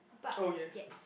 but yes